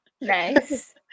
nice